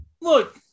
look